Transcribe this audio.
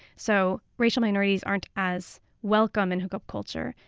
so racial minorities aren't as welcome in hookup culture.